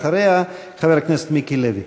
אחריה, חבר הכנסת מיקי לוי.